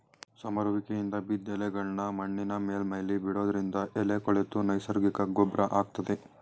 ಸಮರುವಿಕೆಯಿಂದ ಬಿದ್ದ್ ಎಲೆಗಳ್ನಾ ಮಣ್ಣಿನ ಮೇಲ್ಮೈಲಿ ಬಿಡೋದ್ರಿಂದ ಎಲೆ ಕೊಳೆತು ನೈಸರ್ಗಿಕ ಗೊಬ್ರ ಆಗ್ತದೆ